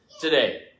today